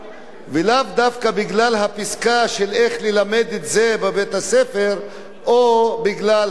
דווקא בגלל הפסקה של איך ללמד את זה בבית-הספר או בגלל העמותה.